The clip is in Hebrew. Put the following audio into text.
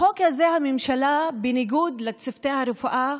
בחוק הזה, הממשלה, בניגוד לצוותי הרפואה,